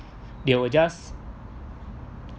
they will just